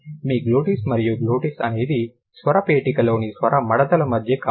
మీ glottis మరియు glottis అనేది స్వరపేటికలోని స్వర మడతల మధ్య ఖాళీ